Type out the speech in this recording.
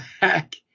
back